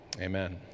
Amen